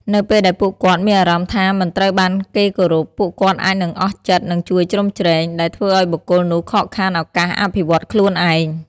នៅពេលដែលពួកគាត់មានអារម្មណ៍ថាមិនត្រូវបានគេគោរព ពួកគាត់អាចនឹងអស់ចិត្តនឹងជួយជ្រោមជ្រែង ដែលធ្វើឲ្យបុគ្គលនោះខកខានឱកាសអភិវឌ្ឍន៍ខ្លួនឯង។